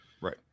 right